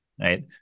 right